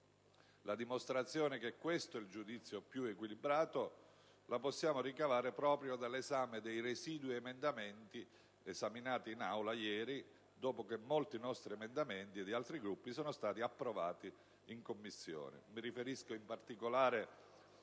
La dimostrazione che questo è il giudizio più equilibrato la possiamo ricavare proprio dall'esame dei residui emendamenti esaminati in Aula ieri, dopo che molti emendamenti nostri e di altri Gruppi sono stati approvati in Commissione.